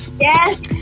Yes